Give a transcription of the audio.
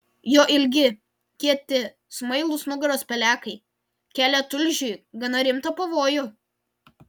jo ilgi kieti smailūs nugaros pelekai kelia tulžiui gana rimtą pavojų